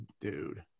dude